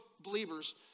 believers